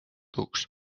ducs